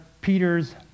Peter's